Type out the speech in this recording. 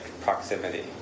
proximity